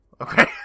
Okay